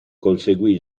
conseguì